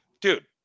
dude